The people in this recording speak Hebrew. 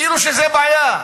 כאילו שזה בעיה,